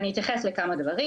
אני אתייחס לכמה דברים,